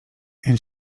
and